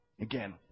Again